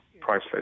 priceless